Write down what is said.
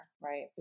right